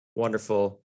wonderful